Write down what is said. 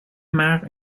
maar